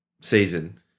season